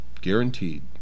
Guaranteed